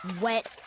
wet